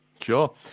sure